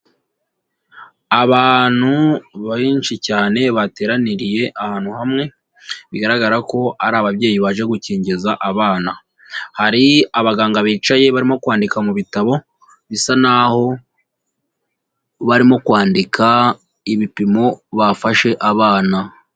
Abantu benshi cyane bateraniriye ahantu hamwe, bigaragara ko ari ababyeyi baje gukingiza abana. Hari abaganga bicaye barimo kwandika mu bitabo, bisa naho barimo kwandika ibipimo bafashe abana.